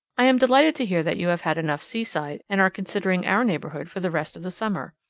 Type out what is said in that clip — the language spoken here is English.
i am delighted to hear that you have had enough seaside, and are considering our neighborhood for the rest of the summer.